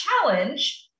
challenge